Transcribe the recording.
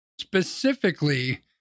specifically